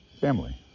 family